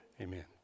amen